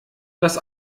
dass